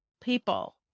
people